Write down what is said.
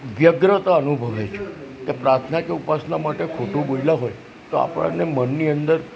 વ્યગ્રતા અનુભવે છે કે પ્રાર્થના કે ઉપાસના માટે ખોટું બોલ્યા હોય તો આપણને મનની અંદર